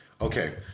Okay